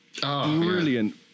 brilliant